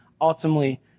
Ultimately